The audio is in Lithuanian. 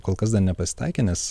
kol kas dar nepasitaikė nes